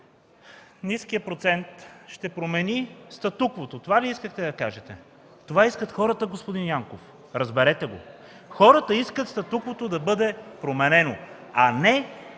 ниският процент ще промени статуквото. Това ли искахте да кажете? Но това искат хората, господин Янков. Разберете го. Хората искат статуквото да бъде променено, а не